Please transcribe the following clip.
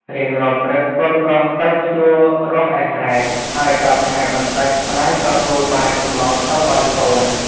រៀងរាល់ព្រឹក កូនប្រុសទៅភ្ជួររាស់ឯស្រែ ហើយដល់ថ្ងៃបន្តិចម្ដាយក៏ទូលបាយសម្លទៅឲ្យកូន។